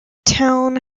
town